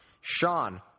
Sean